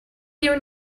here